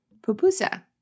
pupusa